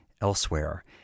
elsewhere